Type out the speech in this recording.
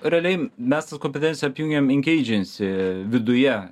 realiai mes tas kompetencijas apjungiam inkeidžensy viduje